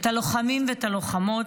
את הלוחמים ואת הלוחמות,